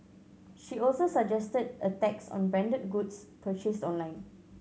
she also suggested a tax on branded goods purchased online